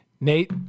Nate